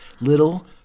Little